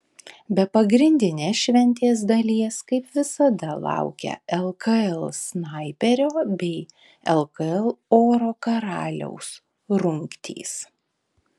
be pagrindinės šventės dalies kaip visada laukia lkl snaiperio bei lkl oro karaliaus rungtys